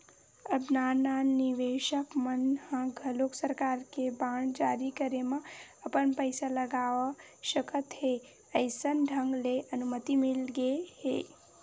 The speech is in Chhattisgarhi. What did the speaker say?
अब नान नान निवेसक मन ह घलोक सरकार के बांड जारी करे म अपन पइसा लगा सकत हे अइसन ढंग ले अनुमति मिलगे हे